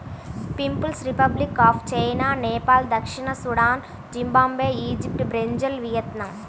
peoples Republic of China, Nepal దక్షిణ Sudan, Zimbabwe, Egypt, Brazil, Vietnam